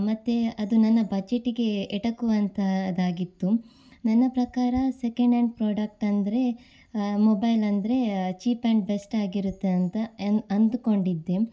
ಮತ್ತು ಅದು ನನ್ನ ಬಜೆಟಿಗೆ ಎಟಕುವಂತಹದಾಗಿತ್ತು ನನ್ನ ಪ್ರಕಾರ ಸೆಕೆಂಡ್ ಆ್ಯಂಡ್ ಪ್ರಾಡಕ್ಟ್ ಅಂದರೆ ಮೊಬೈಲಂದರೆ ಚೀಪ್ ಆ್ಯಂಡ್ ಬೆಸ್ಟಾಗಿರುತ್ತೆ ಅಂತ ಅಂದುಕೊಂಡಿದ್ದೆ